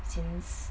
since